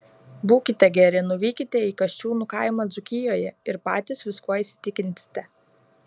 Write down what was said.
būkite geri nuvykite į kasčiūnų kaimą dzūkijoje ir patys viskuo įsitikinsite